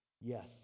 yes